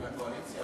הקואליציה